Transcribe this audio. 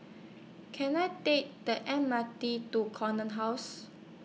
Can I Take The M R T to Corner House